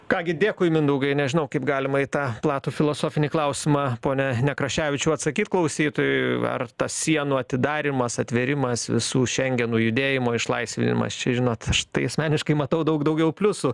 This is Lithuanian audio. ką gi dėkui mindaugai nežinau kaip galima į tą platų filosofinį klausimą pone nekraševičiau atsakyt klausytojui ar tas sienų atidarymas atvėrimas visų šengeno judėjimo išlaisvinimas čia žinot aš tai asmeniškai matau daug daugiau pliusų